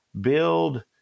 build